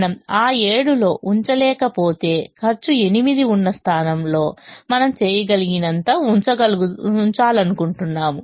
మనము ఆ 7 లో ఉంచలేకపోతే ఖర్చు 8 ఉన్న స్థానంలో మనం చేయగలిగినంత ఉంచాలనుకుంటున్నాము